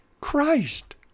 Christ